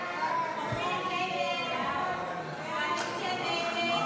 הסתייגות 29 לא נתקבלה.